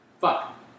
Fuck